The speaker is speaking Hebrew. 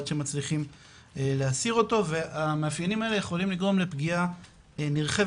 או עד שמצליחים להסיר אותו והמאפיינים האלה יכולים לגרום לפגיעה נרחבת,